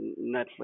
Netflix